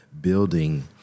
building